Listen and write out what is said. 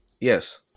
Yes